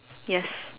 yes